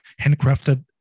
handcrafted